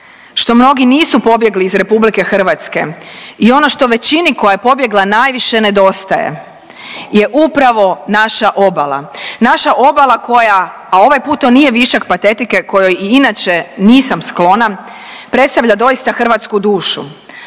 što mnogi nisu pobjegli iz RH i ono što većini koja je pobjegla najviše nedostaje je upravo naša obala. Naša obala koja, a ovaj put to nije višak patetike kojoj i inače nisam sklona, predstavlja doista hrvatsku dušu,